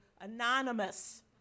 anonymous